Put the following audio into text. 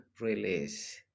release